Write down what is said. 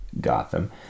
Gotham